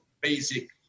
basic